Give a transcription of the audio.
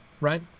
right